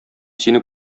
сине